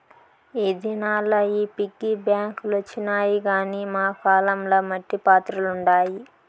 ఈ దినాల్ల ఈ పిగ్గీ బాంక్ లొచ్చినాయి గానీ మా కాలం ల మట్టి పాత్రలుండాయి